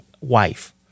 wife